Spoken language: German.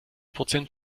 prozent